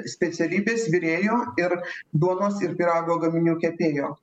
specialybes virėjo ir duonos ir pyrago gaminių kepėjo